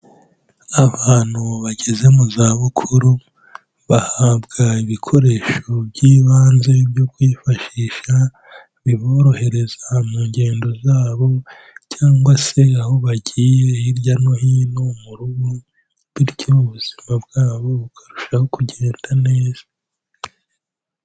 Abantu bageze mu zabukuru bahabwa ibikoresho by'ibanze byo kwifashisha biborohereza mu ngendo zabo cyangwa se aho bagiye hirya no hino mu rugo, bityo ubuzima bwabo bukarushaho kugenda neza.